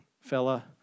fella